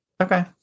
Okay